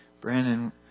Brandon